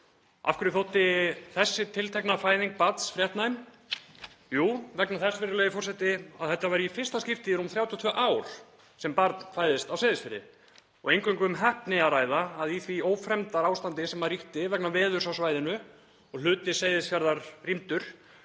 Af hverju þótti þessi tiltekna fæðing barns fréttnæm? Jú, vegna þess, virðulegi forseti, að þetta var í fyrsta skipti í rúm 32 ár sem barn fæðist á Seyðisfirði og eingöngu um heppni að ræða í því ófremdarástandi sem ríkti vegna veðurs á svæðinu, og hluti Seyðisfjarðar rýmdur,